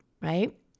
right